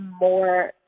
more